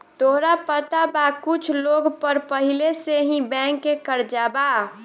तोहरा पता बा कुछ लोग पर पहिले से ही बैंक के कर्जा बा